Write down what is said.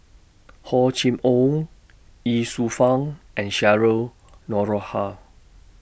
Hor Chim Or Ye Shufang and Cheryl Noronha